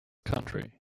country